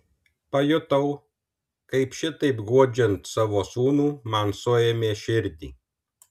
pajutau kaip šitaip guodžiant savo sūnų man suėmė širdį